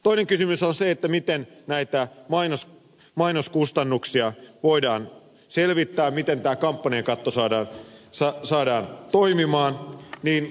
toinen kysymys on se miten näitä mainoskustannuksia voidaan selvittää miten tämä kampanjakatto saadaan toimimaan